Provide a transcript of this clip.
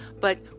But